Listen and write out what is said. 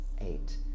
eight